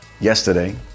yesterday